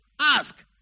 Ask